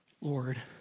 Lord